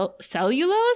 Cellulose